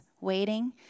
waiting